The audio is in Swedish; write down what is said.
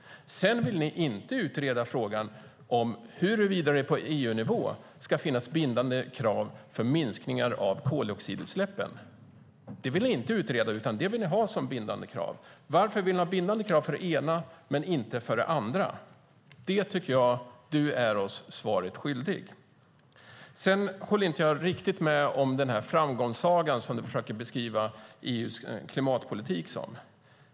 Sedan vill ni inte utreda frågan om huruvida det på EU-nivå ska finnas bindande krav på minskningar av koldioxidutsläppen. Det vill ni inte utreda, utan det vill ni ha som bindande krav. Varför vill ni ha bindande krav för det ena men inte för det andra? Där tycker jag du är oss svaret skyldig. Sedan håller jag inte riktigt med om den framgångssaga som du försöker beskriva EU:s klimatpolitik som.